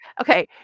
Okay